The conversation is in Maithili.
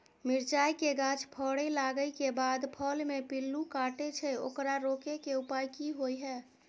मिरचाय के गाछ फरय लागे के बाद फल में पिल्लू काटे छै ओकरा रोके के उपाय कि होय है?